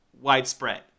widespread